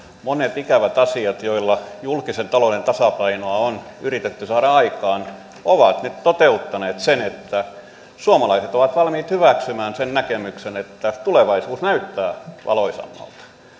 monet ikävät asiat joilla julkisen talouden tasapainoa on yritetty saada aikaan ovat nyt toteuttaneet sen että suomalaiset ovat valmiit hyväksymään sen näkemyksen että tulevaisuus näyttää valoisammalta